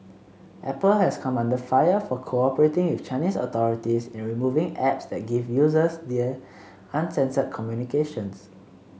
Apple has come under fire for cooperating with Chinese authorities in removing apps that give users there uncensored communications